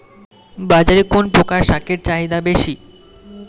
বাজারে কোন প্রকার শাকের চাহিদা বেশী?